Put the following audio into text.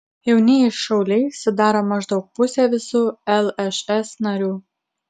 jaunieji šauliai sudaro maždaug pusę visų lšs narių